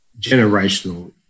generational